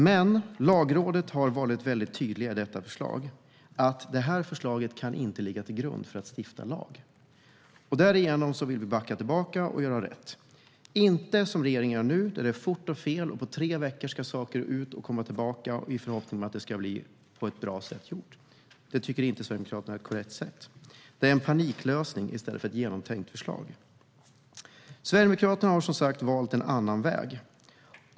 Men Lagrådet har varit väldigt tydligt med att det här förslaget inte kan ligga till grund för att stifta lag. Därför vill vi backa tillbaka och göra rätt och inte, som regeringen gör nu, fort och fel. På tre veckor ska saker ut och komma tillbaka med förhoppning om att det ska bli gjort på ett bra sätt. Det tycker inte Sverigedemokraterna är ett korrekt sätt. Det är en paniklösning i stället för ett genomtänkt förslag. Fru talman! Sverigedemokraterna har som sagt valt en annan väg.